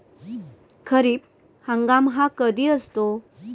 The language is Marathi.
खरीप हंगाम हा कधी असतो?